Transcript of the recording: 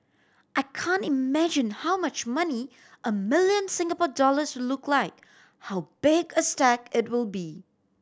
I can't imagine how much money a million Singapore dollars will look like how big a stack it will be